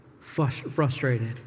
frustrated